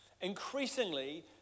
Increasingly